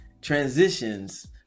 transitions